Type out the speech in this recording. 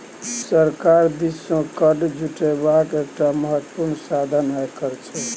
सरकार दिससँ फंड जुटेबाक एकटा महत्वपूर्ण साधन आयकर छै